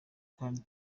kandi